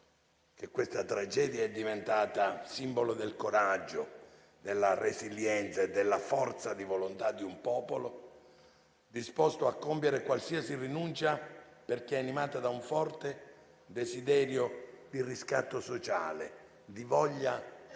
che questa tragedia è diventata simbolo del coraggio della resilienza e della forza di volontà di un popolo disposto a compiere qualsiasi rinuncia perché animato da un forte desiderio di riscatto sociale e di mettersi